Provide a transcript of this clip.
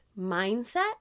mindset